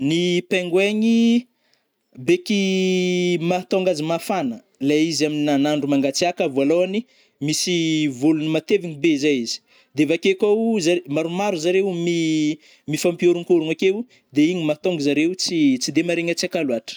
Ny pinguoin-gny beky mahatônga azy mafana le izy ami nanandro mangatsiaka vôlôhany misy vôlogny matevigny be zay izy, de avake koao zare maromaro zareo mi- -mifampioronkorogno akeo de igny mahatonga zareo tsy-tsy- de maharegny atseka loatra.